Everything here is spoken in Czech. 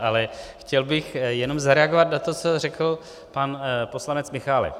Ale chtěl bych jenom zareagovat na to, co řekl pan poslanec Michálek.